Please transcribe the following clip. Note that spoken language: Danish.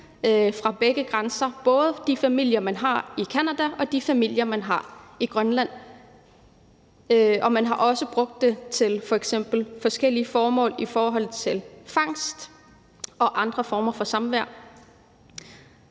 af grænsen, både de familier, man har i Canada, og de familier, man har i Grønland. Man har også brugt det til f.eks. forskellige formål i forhold til fangst og forskellige former for samvær.